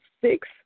six